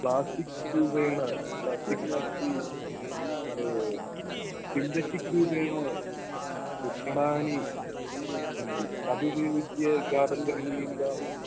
plastic रूपेण plastic नास्ति synthetic रूपेण तृणानि सन्ति तदुपयुज्य गादन् करणीयं दा